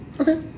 Okay